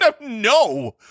no